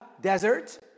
desert